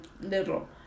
little